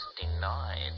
denied